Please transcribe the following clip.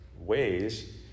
ways